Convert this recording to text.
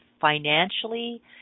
financially